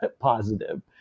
positive